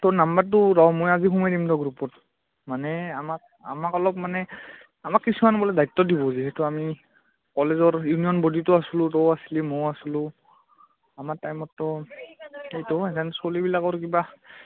তোৰ নাম্বাৰটো ৰ মই আজি সোমাই দিম গ্ৰুপত মানে আমাক আমাক অলপ মানে আমাক কিছুমান বোলে দায়িত্ব দিব যিহেতু আমি কলেজৰ ইউনিয়ন বডীটো আছিলোঁ তয়ো আছিলি ময়ো আছিলোঁ আমাৰ টাইমততো সেইটো এই হেন ছলীবিলাকৰ কিবা